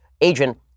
agent